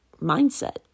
mindset